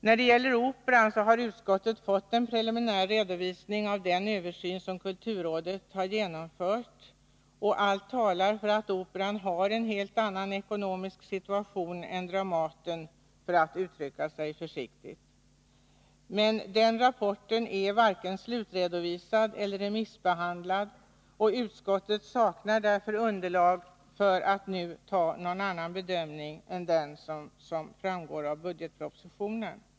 I fråga om Operan har utskottet fått en preliminär redovisning av den översyn som kulturrådet genomfört. Allt talar för att Operan har en helt annan ekonomisk situation än Dramaten — för att uttrycka sig försiktigt. Men den rapporten är varken slutredovisad eller remissbehandlad, och utskottet saknar därför underlag för att nu göra någon annan bedömning än den som framgår av budgetpropositionen.